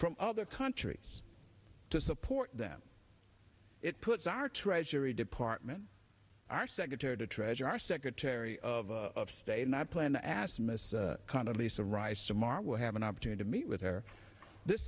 from other countries to support them it puts our treasury department our secretary to treasure our secretary of state and i plan to ask miss kind of lisa rice tomorrow we'll have an opportunity to meet with her this